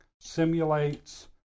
Simulates